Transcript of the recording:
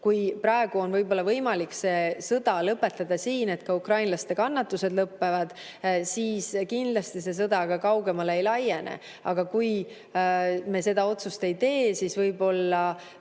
Kui praegu on võib-olla võimalik see sõda lõpetada, nii et ka ukrainlaste kannatused lõpevad, siis see sõda kindlasti ka kaugemale ei laiene. Aga kui me seda otsust ei tee, siis võib